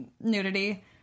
nudity